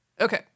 Okay